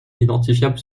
identifiable